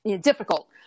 difficult